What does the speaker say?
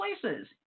places